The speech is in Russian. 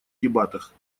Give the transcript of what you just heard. дебатах